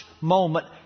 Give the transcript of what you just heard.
moment